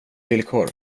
villkor